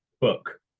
book